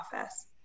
office